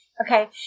Okay